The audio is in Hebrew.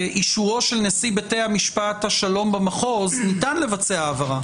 שבאישורו של נשיא בתי המשפט השלום במחוז ניתן לבצע העברה.